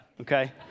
okay